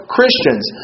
Christians